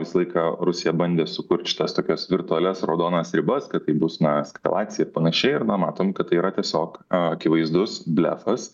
visą laiką rusija bandė sukurt šitas tokias virtualias raudonas ribas kad tai bus na eskalacija panašiai ir na matom kad tai yra tiesiog akivaizdus blefas